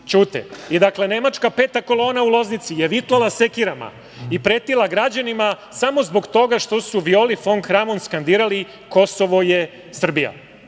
Ćute. Dakle, nemačka peta kolona u Loznici je vitlala sekirama i pretila građanima samo zbog toga što su Violi fon Kramon skandirali: „Kosovo je Srbija“.U